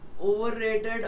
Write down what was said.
Overrated